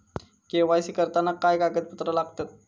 KYC करताना काय कागदपत्रा लागतत?